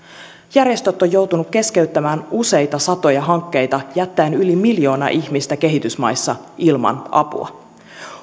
järjestöt ovat joutuneet keskeyttämään useita satoja hankkeita jättäen yli miljoona ihmistä kehitysmaissa ilman apua